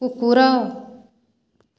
କୁକୁର